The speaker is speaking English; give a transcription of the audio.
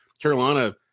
Carolina